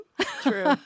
True